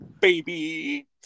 baby